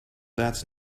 that’s